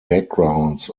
backgrounds